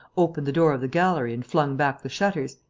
opened the door of the gallery and flung back the shutters,